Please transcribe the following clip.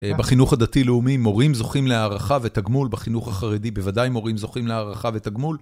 אה.. בחינוך הדתי-לאומי מורים זוכים להערכה ותגמול, בחינוך החרדי בוודאי מורים זוכים להערכה ותגמול.